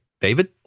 David